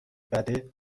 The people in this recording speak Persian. بده